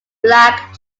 black